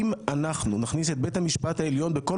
אם אנחנו נכניס את בית המשפט העליון בכל